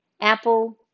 Apple